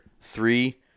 three